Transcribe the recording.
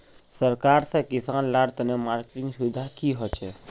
सरकार से किसान लार तने मार्केटिंग सुविधा की होचे?